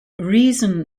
reason